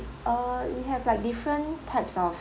err we have like different types of